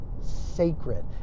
sacred